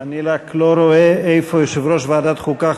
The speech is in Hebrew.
אני רק לא רואה איפה יושב-ראש ועדת חוקה,